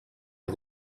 des